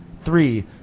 Three